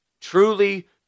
Truly